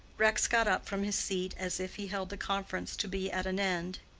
rex got up from his seat, as if he held the conference to be at an end.